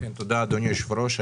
תודה אדוני היושב-ראש,